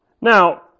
Now